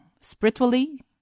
spiritually